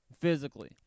Physically